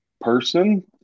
person